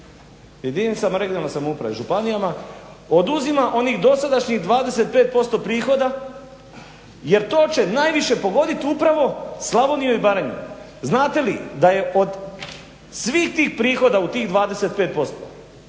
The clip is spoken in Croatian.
jedinicama regionalne samouprave, županijama oduzima onih dosadašnjih 25% prihoda jer to će najviše pogoditi upravo Slavoniju i Baranju. Znate li da je od svih tih prihoda u tih 25%